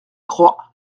crois